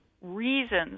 reasons